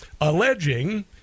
alleging